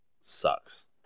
sucks